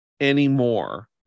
anymore